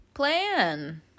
plan